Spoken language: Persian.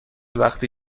وقتی